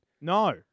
No